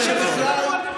סלח לי,